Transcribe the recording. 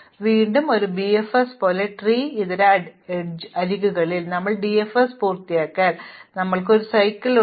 അതിനാൽ വീണ്ടും ഒരു ബിഎഫ്എസ് പോലെ ട്രീ ഇതര അരികുകളുണ്ടെങ്കിൽ ഞങ്ങൾ ഡിഎഫ്എസ് പൂർത്തിയാക്കിയാൽ ഞങ്ങൾക്ക് ഒരു സൈക്കിൾ ഉണ്ട്